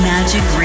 Magic